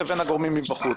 לבין הגורמים מבחוץ.